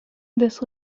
this